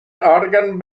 organ